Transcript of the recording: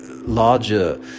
larger